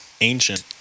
ancient